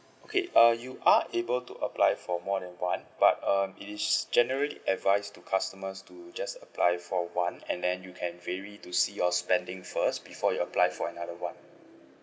okay uh you are able to apply for more than one but um it is generally advice to customers to just apply for one and then you can vary to see your spending first before you apply for another one